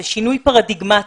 זה שינוי פרדיגמטי,